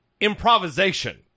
improvisation